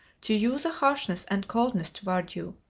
to use a harshness and coldness toward you,